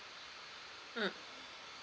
mm